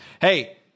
Hey